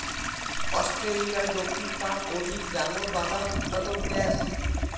অস্ট্রেলিয়ার দক্ষিণ পাক অধিক ডাঙর বাদাম উৎপাদক দ্যাশ